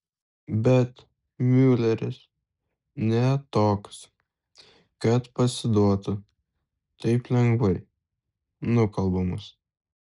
bet miuleris ne toks kad pasiduotų taip lengvai nukalbamas